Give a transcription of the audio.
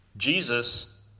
Jesus